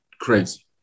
crazy